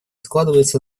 складывается